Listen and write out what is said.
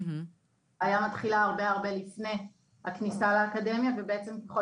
אבל הבעיה מתחילה הרבה לפני הכניסה לאקדמיה ובעצם ככל